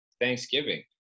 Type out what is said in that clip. Thanksgiving